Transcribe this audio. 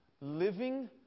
living